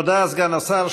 תודה, סגן השר.